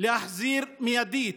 להחזיר מיידית